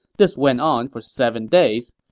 this went on for seven days,